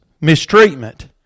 mistreatment